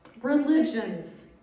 religions